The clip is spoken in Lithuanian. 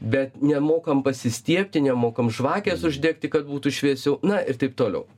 bet nemokam pasistiebti nemokam žvakės uždegti kad būtų šviesiau na ir taip toliau